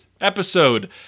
episode